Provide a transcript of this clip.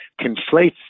conflates